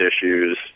issues